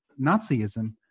Nazism